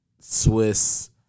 Swiss